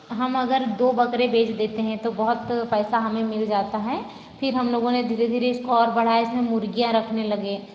हम अगर दो बकरे बेच देते हैं तो बहुत पैसा हमें मिल जाता है फिर हम लोगों ने धीरे धीरे इसको और बढ़ाया इस में मुर्गियाँ रखने लगे